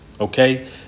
okay